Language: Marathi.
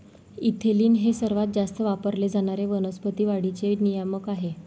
इथिलीन हे सर्वात जास्त वापरले जाणारे वनस्पती वाढीचे नियामक आहे